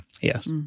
Yes